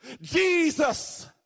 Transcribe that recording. Jesus